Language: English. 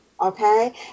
okay